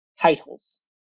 titles